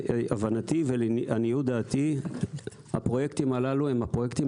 הבנתי ולעניות דעתי הפרויקטים הללו הם הפרויקטים